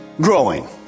growing